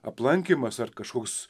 aplankymas ar kažkoks